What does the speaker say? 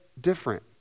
different